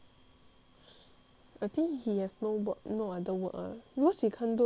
I think he have no work no other work ah because he can't do a lot of job eh